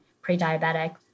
pre-diabetic